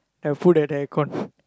then i put at the aircon